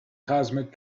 cosmic